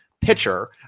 pitcher